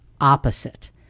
opposite